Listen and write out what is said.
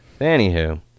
Anywho